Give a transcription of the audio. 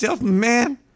Man